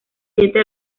siete